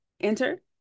enter